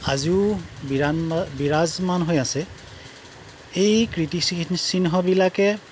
আজিও বিৰাজমান হৈ আছে সেই কীৰ্তি চিহ্নবিলাকে